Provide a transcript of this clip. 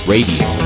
Radio